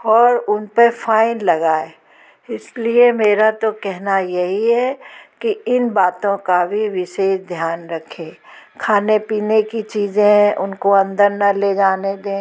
और उन पर फ़ाइन लगाए इसलिए मेरा तो कहना यही है कि इन बातों का भी विशेष ध्यान रखे खाने पीने की चीज़ें हैं उनको अंदर न ले जाने दें